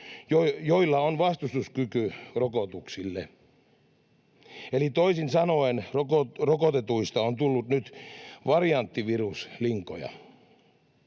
joilla on vastustuskyky rokotuksille. Eli toisin sanoen rokotetuista on tullut nyt varianttiviruslinkoja.